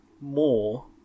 more